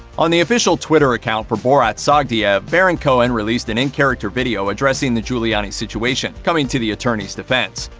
on the official twitter account for borat sagdiyev, baron cohen released an in-character video addressing the giuliani situation coming to the attorney's defense.